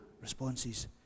responses